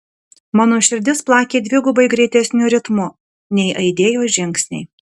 mano širdis plakė dvigubai greitesniu ritmu nei aidėjo žingsniai